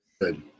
Good